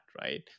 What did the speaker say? right